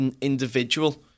individual